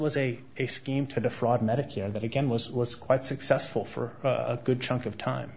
was a scheme to defraud medicare that again was was quite successful for a good chunk of time